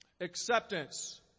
acceptance